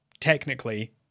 technically